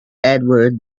edward